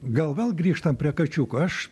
gal vėl grįžtam prie kačiuko aš